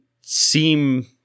seem